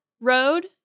road